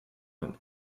from